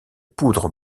poudre